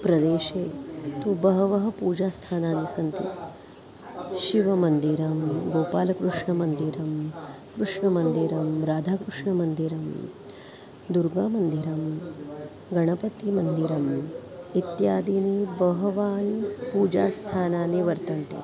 प्रदेशे तु बहवः पूजास्थानानि सन्ति शिवमन्दिरं गोपालकृष्णमन्दिरं कृष्णमन्दिरं राधाकृष्णमन्दिरं दुर्गामन्दिरं गणपतिमन्दिरम् इत्यादीनि बहवानि पूजास्थानानि वर्तन्ते